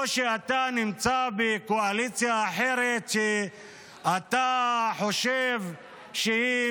או שאתה נמצא בקואליציה אחרת שאתה חושב שהיא